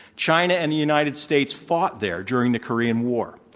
china and the united states fought there during the korean war.